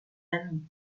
amis